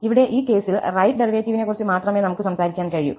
ഇവിടെ ഈ കേസിൽ റൈറ്റ് ഡെറിവേറ്റീവിനെക്കുറിച്ച് മാത്രമേ നമുക്ക് സംസാരിക്കാൻ കഴിയൂ